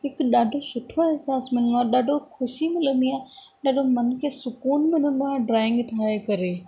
हिकु ॾाढो सुठो अहिसासु मिलंदो आहे ॾाढो ख़ुशी मिलंदी आहे ॾाढो मन खे सुक़ुन मिलंदो आहे ड्राइंग ठाहे करे